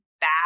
bad